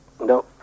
No